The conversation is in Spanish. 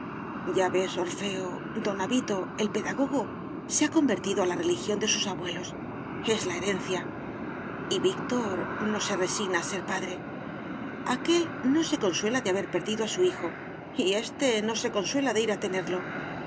ya ves orfeo don avito el pedagogo se ha convertido a la religión de sus abuelos es la herencia y víctor no se resigna a ser padre aquél no se consuela de haber perdido a su hijo y éste no se consuela de ir a tenerlo